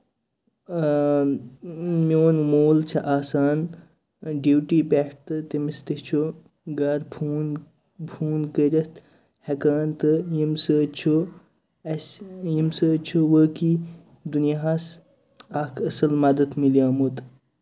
میٛون مول چھُ آسان ڈِیوٹی پیٚٹھ تہٕ تٔمِس تہِ چھُ گرٕ فون فون کٔرِتھ ہیٚکان تہٕ ییٚمہِ سۭتۍ چھُ اَسہِ ییٚمہِ سۭتۍ چھُ وٲقعی دُنیاہَس اکھ اَصٕل مدتھ میلیومُت